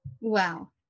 Wow